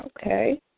Okay